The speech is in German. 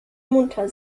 munter